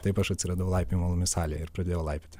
taip aš atsiradau laipiojimo uolomis salėje ir pradėjau laipioti